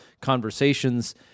conversations